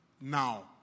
Now